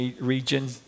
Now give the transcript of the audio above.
region